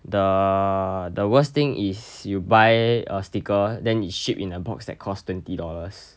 the the worst thing is you buy a sticker then it ship in a box that costs twenty dollars